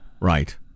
Right